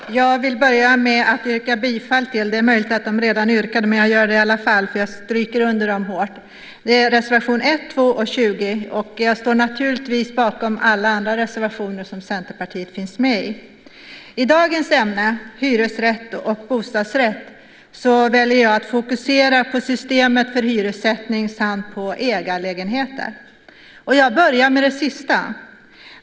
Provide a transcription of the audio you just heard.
Herr talman! Jag vill börja med att yrka bifall till reservationerna 1, 2 och 20. Det är möjligt att man redan har yrkat bifall till dem, men jag vill understryka det hårt. Jag står naturligtvis bakom alla andra reservationer där Centerpartiet finns med. I dagens ämne, hyresrätt och bostadsrätt, väljer jag att fokusera på systemet för hyressättning samt på ägarlägenheter. Jag börjar med det sista.